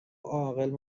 عاقل